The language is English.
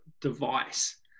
device